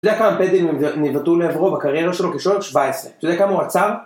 אתה יודע כמה פנדלים נבעטו לעברו בקריירה שלו כשוער? 17. אתה יודע כמה הוא עצר?